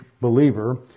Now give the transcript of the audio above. believer